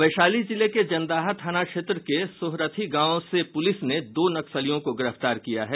वैशाली जिले के जंदाहा थाना क्षेत्र के सोहरथी गांव से पूलिस ने दो नक्सलियों को गिरफ्तार किया है